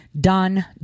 Done